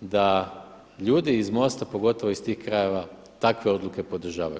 da ljudi iz MOST-a pogotovo iz tih krajeva takve odluke podržavaju.